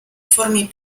formie